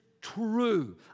true